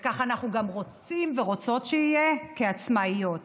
וכך אנחנו גם רוצים ורוצות שיהיה, כעצמאיות.